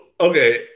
okay